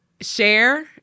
share